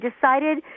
decided